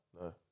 No